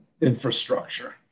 infrastructure